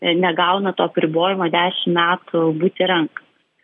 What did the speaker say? negauna to apribojimo dešimt metų būti renkamas